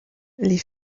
les